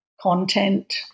content